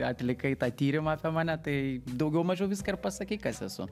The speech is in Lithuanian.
atlikai tą tyrimą apie mane tai daugiau mažiau viską ir pasakei kas esu